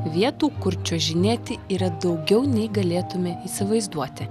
vietų kur čiuožinėti yra daugiau nei galėtume įsivaizduoti